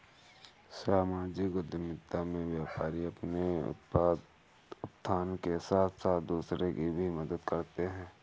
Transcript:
सामाजिक उद्यमिता में व्यापारी अपने उत्थान के साथ साथ दूसरों की भी मदद करते हैं